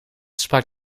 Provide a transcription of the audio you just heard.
sprak